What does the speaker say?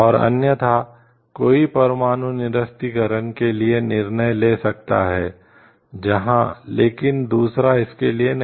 और अन्यथा कोई परमाणु निरस्त्रीकरण के लिए निर्णय ले सकता है जहां लेकिन दूसरा इसके लिए नहीं